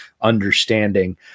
understanding